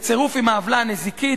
בצירוף עם העוולה הנזיקית,